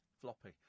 floppy